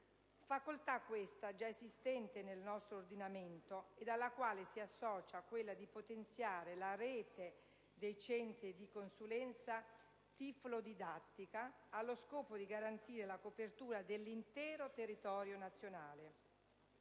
facoltà già esistente nel nostro ordinamento, alla quale si associa quella di potenziare la rete dei centri di consulenza tiflodidattica, allo scopo di garantire la copertura dell'intero territorio nazionale.